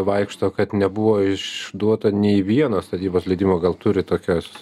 vaikšto kad nebuvo išduota nei vieno statybos leidimo gal turit tokios